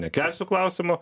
nekelsiu klausimo